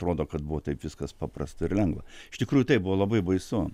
atrodo kad buvo taip viskas paprasta ir lengva iš tikrųjų taip buvo labai baisu